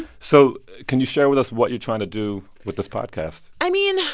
so can you share with us what you're trying to do with this podcast? i mean,